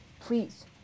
Please